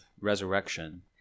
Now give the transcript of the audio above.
resurrection